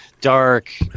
dark